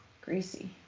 greasy